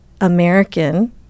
American